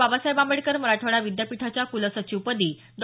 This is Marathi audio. बाबासाहेब आंबेडकर मराठवाडा विद्यापीठाच्या कुलसचिवपदी डॉ